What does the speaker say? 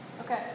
Okay